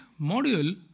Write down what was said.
module